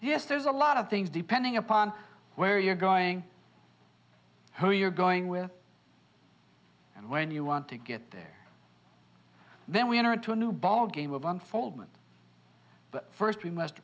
yes there's a lot of things depending upon where you're going to you're going where and when you want to get there then we enter into a new ballgame of one form and but first we must